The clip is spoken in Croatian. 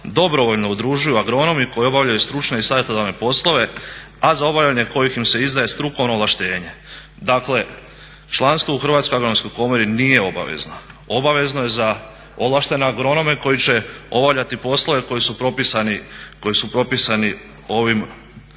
dobrovoljno udružuju agronomi koji obavljaju stručne i savjetodavne poslove a za obavljanje kojih im se izdaje strukovno ovlaštenje. Dakle, članstvo u Hrvatskoj agronomskoj komori nije obavezno, obavezno je za ovlaštene agronome koji će obavljati poslove koji su propisani ovim